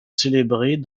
célébrés